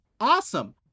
Awesome